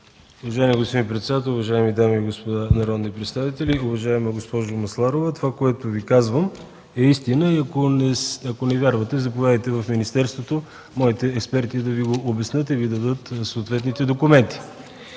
Уважаема госпожо председател, уважаеми дами и господа народни представители! Уважаема госпожо Масларова, това, което Ви казвам, е истина. Ако не вярвате, заповядайте в министерството, моите експерти да Ви го обяснят и да Ви дадат съответните документи.